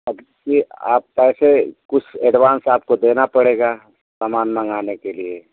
अब यह आप पैसे कुछ एडवान्स आपको देना पड़ेगा सामान मँगाने के लिए